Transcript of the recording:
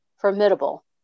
formidable